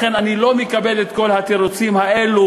לכן אני לא מקבל את כל התירוצים האלו,